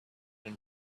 and